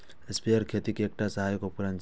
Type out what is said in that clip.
sprayer खेती के एकटा सहायक उपकरण छियै